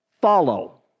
Follow